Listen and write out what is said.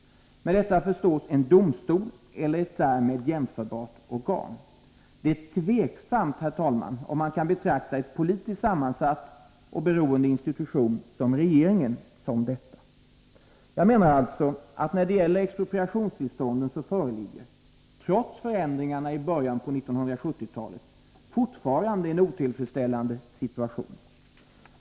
Med detta förstås en domstol eller ett därmed jämförbart organ. Det är, herr talman, tveksamt om man kan betrakta en politiskt sammansatt och beroende institution som regeringen som detta. Jag menar alltså att när det gäller expropriationstillstånden så föreligger, trots förändringarna i början på 1970-talet, fortfarande en otillfredsställande situation.